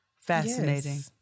Fascinating